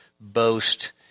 boast